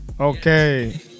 Okay